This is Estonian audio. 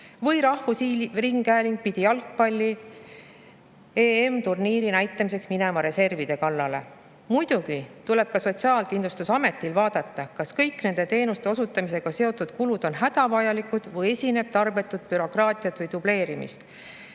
või "Rahvusringhääling pidi jalgpalli EM-turniiri näitamiseks minema reservide kallale". Muidugi tuleb ka Sotsiaalkindlustusametil vaadata, kas kõik nende teenuste osutamisega seotud kulud on hädavajalikud või esineb tarbetut bürokraatiat või dubleerimist.